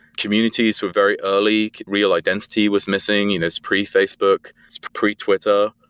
communities were very early. real identity was missing. and it's pre-facebook. it's pre twitter.